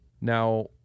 now